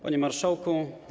Panie Marszałku!